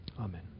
Amen